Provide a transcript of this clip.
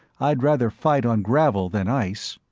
i'd rather fight on gravel than ice.